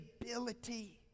ability